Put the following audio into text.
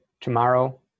tomorrow